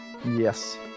yes